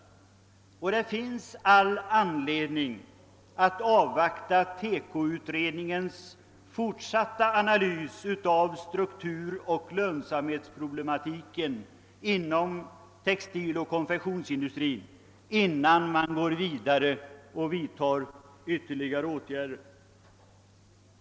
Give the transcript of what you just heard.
Det finns all anledning att avvakta TEKO utredningens fortsatta analys av strukturoch lönsamhetsproblematiken inom textil och konfektionsindustrin innan man: går vidare och vidtar ytterligare åtgärder.